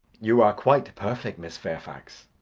you're quite perfect, miss fairfax.